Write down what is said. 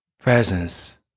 presence